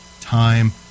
time